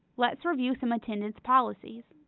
let's review some attendance policies.